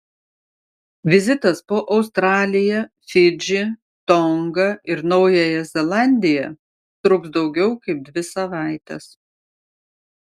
vizitas po australiją fidžį tongą ir naująją zelandiją truks daugiau kaip dvi savaites